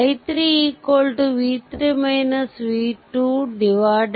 857amps i3 210 20